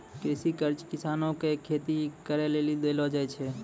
कृषि कर्ज किसानो के खेती करे लेली देलो जाय छै